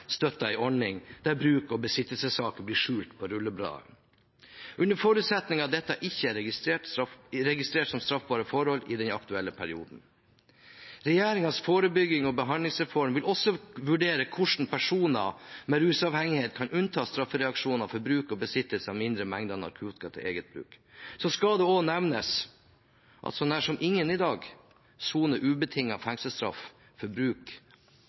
ordning der bruk- og besittelsessaker blir skjult på rullebladet, under forutsetning av at dette ikke er registrert som straffbare forhold i den aktuelle perioden. Regjeringens forebyggings- og behandlingsreform vil også vurdere hvordan personer med rusavhengighet kan unntas straffereaksjoner for bruk og besittelse av mindre mengder narkotika til eget bruk. Så skal det også nevnes at så nær som ingen i dag soner ubetinget fengselsstraff for bruk